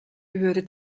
gehöre